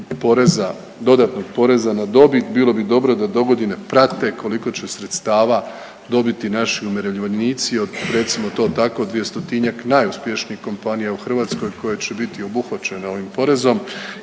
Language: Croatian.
poreza, dodatnog poreza na dobit, bilo bi dobro da dogodine prate koliko će sredstava dobiti naši umirovljenici od recimo to tako 200-tinjak najuspješnijih kompanija u Hrvatskoj koje će biti obuhvaćene ovim porezom